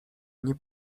nie